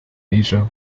asia